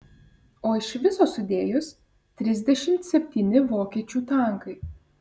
o iš viso sudėjus trisdešimt septyni vokiečių tankai